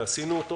וכך עשינו.